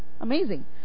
amazing